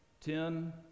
ten